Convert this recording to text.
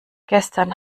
gestern